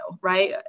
right